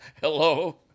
Hello